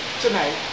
tonight